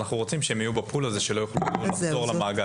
אנחנו רוצים שהם יהיו ב-פול הזה ושלא יוכלו לחזור למעגל.